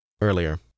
Earlier